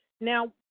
Now